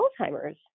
Alzheimer's